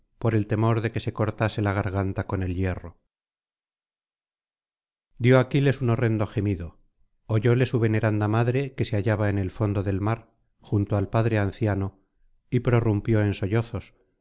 por el temor de que se cortase la garganta con el hierro dio aquiles un horrendo gemido oyóle su veneranda madre que se hallaba en el fondo del mar junto al padre anciano y prorrumpió en sollozos y